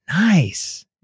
Nice